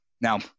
Now